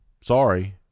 Sorry